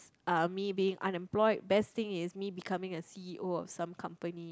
uh me being unemployed best thing is me becoming a c_e_o of some company